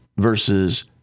versus